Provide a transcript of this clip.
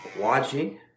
watching